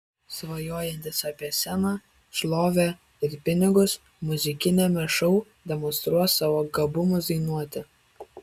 svajojantys apie sceną šlovę ir pinigus muzikiniame šou demonstruos savo gabumus dainuoti